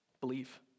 Believe